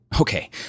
Okay